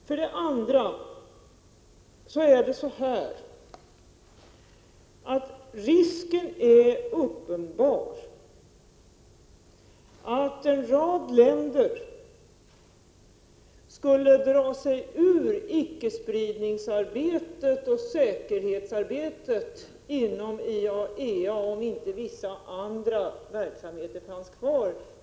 För det andra är risken uppenbar att en rad länder skulle dra sig ur icke-spridningsarbetet och säkerhetsarbetet inom IAEA, om vissa andra verksamheter inte fanns kvar.